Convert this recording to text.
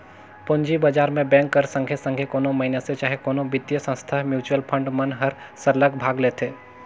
पूंजी बजार में बेंक कर संघे संघे कोनो मइनसे चहे कोनो बित्तीय संस्था, म्युचुअल फंड मन हर सरलग भाग लेथे